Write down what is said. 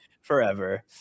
forever